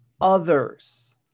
others